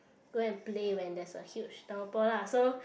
go and play when there is a huge downpour lah so